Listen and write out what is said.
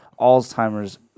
Alzheimer's